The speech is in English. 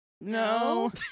No